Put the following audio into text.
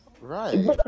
right